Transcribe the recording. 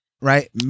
Right